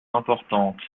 importante